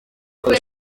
ikora